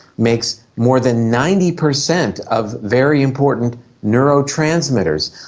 makes more than ninety percent of very important neurotransmitters,